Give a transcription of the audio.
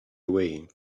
away